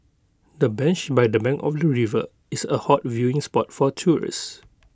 the bench by the bank of the river is A hot viewing spot for tourists